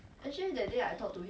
mmhmm